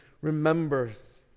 remembers